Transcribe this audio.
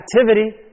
activity